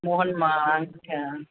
मोहनमाळ अंगठ्या